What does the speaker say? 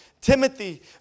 Timothy